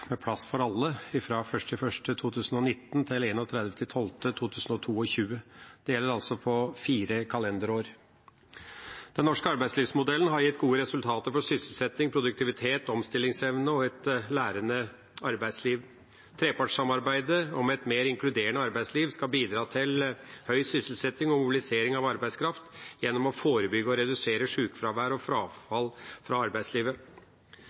med plass for alle, 1. januar 2019–31. desember 2022. Den gjelder altså for fire kalenderår. Den norske arbeidslivsmodellen har gitt gode resultater for sysselsetting, produktivitet, omstillingsevne og et lærende arbeidsliv. Trepartssamarbeidet om et mer inkluderende arbeidsliv skal bidra til høy sysselsetting og mobilisering av arbeidskraft gjennom å forebygge og redusere sjukefravær og frafall fra arbeidslivet.